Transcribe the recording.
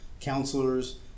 counselors